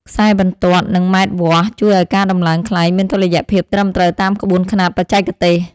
ខ្សែបន្ទាត់ និងម៉ែត្រវាស់ ជួយឱ្យការដំឡើងខ្លែងមានតុល្យភាពត្រឹមត្រូវតាមក្បួនខ្នាតបច្ចេកទេស។